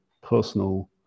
personal